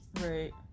Right